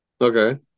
Okay